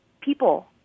people